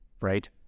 Right